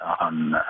on